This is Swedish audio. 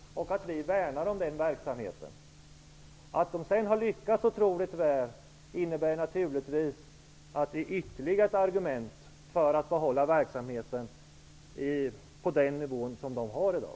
Vi värnar om den verksamheten. Att det har lyckats så otroligt väl är naturligtvis ytterligare ett argument för att man skall behålla verksamheten på samma nivå som i dag.